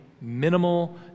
minimal